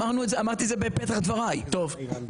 הדברים על השולחן.